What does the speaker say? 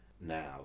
now